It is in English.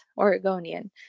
Oregonian